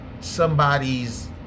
somebody's